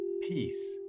peace